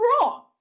wrong